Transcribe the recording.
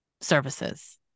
services